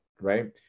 right